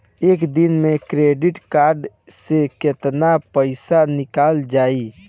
एक दिन मे क्रेडिट कार्ड से कितना पैसा निकल जाई?